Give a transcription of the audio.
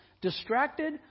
distracted